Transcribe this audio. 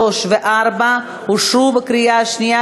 3 ו-4 אושרו בקריאה שנייה,